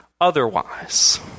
otherwise